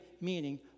meaning